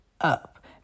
up